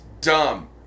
dumb